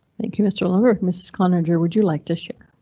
thank you mr. lundberg. mrs cloninger would you like to share?